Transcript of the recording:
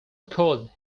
record